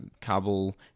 Kabul